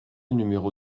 numéro